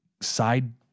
side